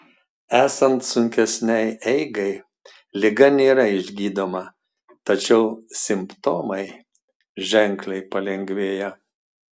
esant sunkesnei eigai liga nėra išgydoma tačiau simptomai ženkliai palengvėja